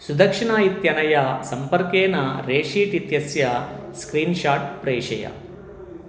सुदक्षिणा इत्यनया सम्पर्केण रेशीट् इत्यस्य स्क्रीन्शाट् प्रेषय